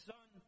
Son